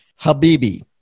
Habibi